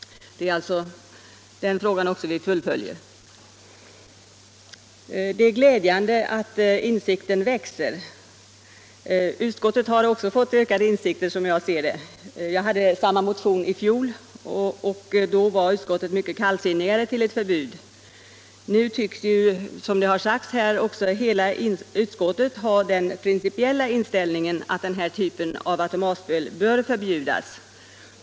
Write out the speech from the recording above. Det är alltså den saken vi fullföljer. Det är glädjande att insikten växer. Utskottet har också fått ökade insikter, som jag ser det. Jag hade samma motion i fjol, och då var utskottet mycket kallsinnigare till ett förbud. Nu tycks, som det har sagts här, hela utskottet ha den principiella inställningen att den här typen av automatspel bör förbjudas.